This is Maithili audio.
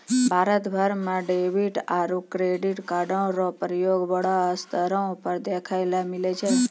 भारत भर म डेबिट आरू क्रेडिट कार्डो र प्रयोग बड़ो स्तर पर देखय ल मिलै छै